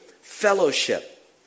fellowship